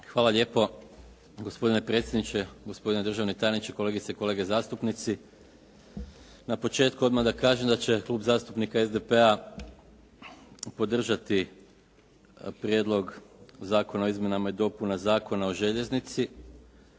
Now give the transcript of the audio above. Hvala lijepo gospodine predsjedniče, gospodine državni tajniče, kolegice i kolege zastupnici. Na početku odmah da kažem da će Klub zastupnika SDP-a podržati Prijedlog zakona o izmjenama i dopunama Zakona o željeznici